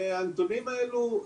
הנתונים האלו,